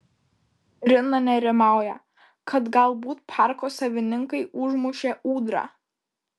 rina nerimauja kad galbūt parko savininkai užmušė ūdrą